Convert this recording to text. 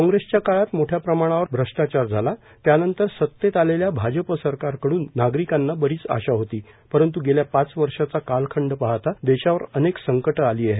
काँग्रेसच्या काळात मोठ्या प्रमाणात भ्रष्टाचार झाला त्यानंतर आलेल्या सतेत भाजप सरकारकडून नागरिकांना बरीच आशा होती परंत् गेल्या पाच वर्षाचा कालखंड पाहता देशावर अनेक संकट आली आहेत